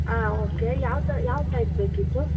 ಹಾಂ ಓಕೆ ಯಾವ ತ ಯಾವ ಟೈಪ್ ಬೇಕಿತ್ತು